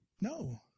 No